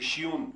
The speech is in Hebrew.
רישיון,